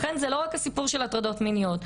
לכן, זה לא רק הסיפור של הטרדות מיניות.